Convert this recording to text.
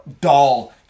doll